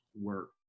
work